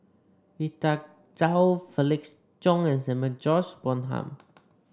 Rita Chao Felix Cheong and Samuel George Bonham